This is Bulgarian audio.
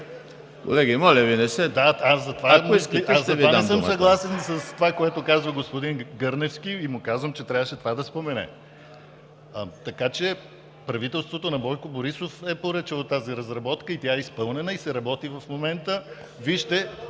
ГЛАВЧЕВ: Да, да, аз затова не съм съгласен с това, което казва господин Гърневски и му казвам, че трябваше това да спомене. Така че правителството на Бойко Борисов е поръчало тази разработка и тя е изпълнена, и се работи в момента. Вижте,